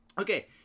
Okay